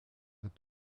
est